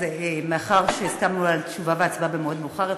מאחר שהסכמנו על תשובה והצבעה במועד מאוחר יותר,